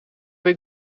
bij